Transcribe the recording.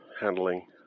handling